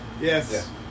Yes